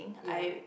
ya